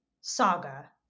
saga